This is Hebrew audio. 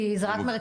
כי זה רק מרכזי על.